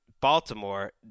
Baltimore